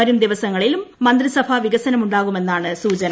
വരും ദിവസങ്ങളിൽ മന്ത്രിസഭാ വികസനമുണ്ടാകുമെന്നാണ് സൂചന